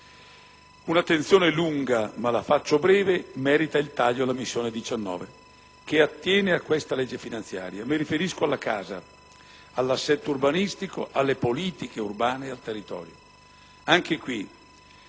Un'attenzione a sé merita il taglio della missione 19, che attiene al disegno di legge finanziaria; mi riferisco alla casa, all'assetto urbanistico, alle politiche urbane e al territorio.